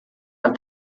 have